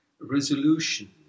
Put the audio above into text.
resolution